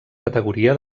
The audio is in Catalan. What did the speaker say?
categoria